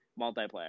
multiplayer